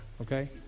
okay